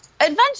Adventure